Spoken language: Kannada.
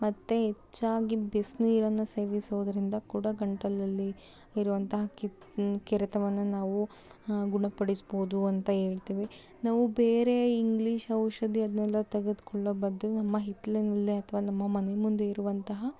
ಮತ್ತು ಹೆಚ್ಚಾಗಿ ಬಿಸಿನೀರನ್ನ ಸೇವಿಸೋದರಿಂದ ಕೂಡ ಗಂಟಲಲ್ಲಿ ಇರುವಂತಹ ಕಿತ್ತು ಕೆರೆತವನ್ನು ನಾವು ಗುಣಪಡಿಸ್ಬೋದು ಅಂತ ಹೇಳ್ತಿವಿ ನಾವು ಬೇರೆ ಇಂಗ್ಲೀಷ್ ಔಷಧಿ ಅದನ್ನೆಲ್ಲ ತೆಗೆದುಕೊಳ್ಳೋ ಬದಲು ನಮ್ಮ ಹಿತ್ತಲಿನಲ್ಲೇ ಅಥವಾ ನಮ್ಮ ಮನೆ ಮುಂದೆ ಇರುವಂತಹ